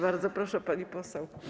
Bardzo proszę, pani poseł.